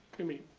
kumi.